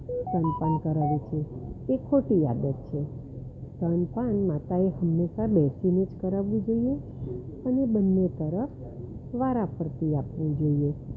સ્તન પાન કરાવે છે એ ખોટી આદત છે સ્તનપાન માતાએ હંમેશા બેસીને જ કરાવવું જોઈએ અને બંને તરફ વારાફરતી આપવું જોઈએ